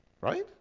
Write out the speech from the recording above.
Right